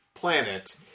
planet